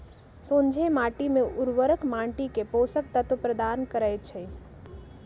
सोझें माटी में उर्वरक माटी के पोषक तत्व प्रदान करै छइ